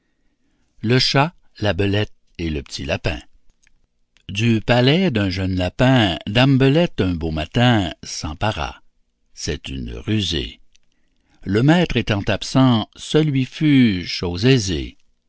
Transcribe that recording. le chat la belette et le petit du palais d'un jeune lapin dame belette un beau matin s'empara c'est une rusée le maître étant absent ce lui fut